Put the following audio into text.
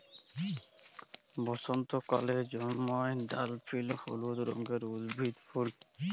বসন্তকালে জল্ময় ড্যাফডিল হলুদ রঙের উদ্ভিদের ফুল